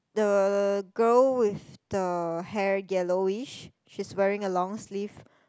the girl with the hair yellowish she's wearing a long sleeve